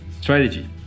strategy